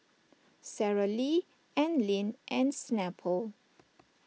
Sara Lee Anlene and Snapple